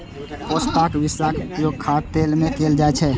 पोस्ताक बियाक उपयोग खाद्य तेल मे कैल जाइ छै